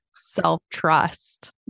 self-trust